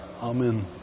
Amen